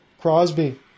Crosby